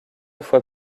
fois